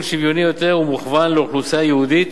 שוויוני יותר ומוכוון לאוכלוסייה ייעודית,